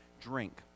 drink